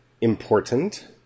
important